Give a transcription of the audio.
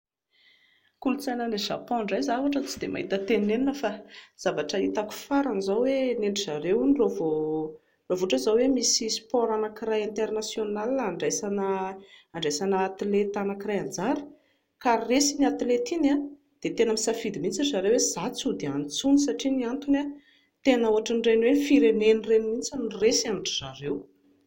Ny kolotsaina any Japon indray izaho ohatran'ny tsy dia mahita tenenina fa ny zavatra hitako farany izao hoe ny an-dry zareo hono raha vao ohatra izao hoe misy sport anankiray international handraisana atleta anankiray anjara ka resy iny atleta iny dia tena misafidy mihintsy ry zareo hoe izaho tsy hody any intsony satria ny antony, tena ohatran'ireny hoe ny firenena ireny mihintsy no resy amin-dry zareo.